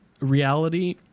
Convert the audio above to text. reality